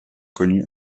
connue